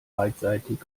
beidseitig